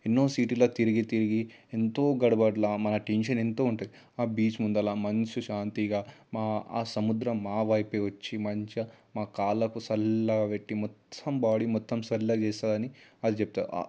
ఎన్నో సీటుల తిరిగి తిరిగి ఎంతో గర్భట్ల మన టెన్షన్ ఎంతో ఉంటుంది ఆ బీచ్ ముందర మంచి శాంతిగా మా ఆ సముద్రం మా వైపే వచ్చి మంచిగా మా కాళ్లకు చల్లగా పెట్టి మొత్తం బాడీ మొత్తం చల్లగా చేస్తుంది అని అది చెప్తా